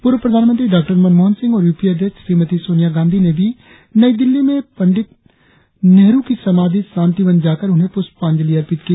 पूर्व प्रधानमंत्री डॉ मनमोहन सिंह और यूपीए अध्यक्ष श्रीमती सोनिया गांधी ने भी नई दिल्ली में पंडित नेहरु की समाधि शांतिवन जाकर उन्हें पुष्पांजलि अर्पित की